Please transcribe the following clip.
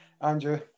Andrew